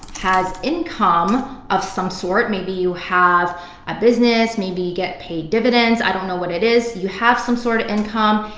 has income of some sort. maybe you have a business, maybe you get paid dividends, i don't know what it is, you have some sort of income.